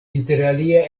interalie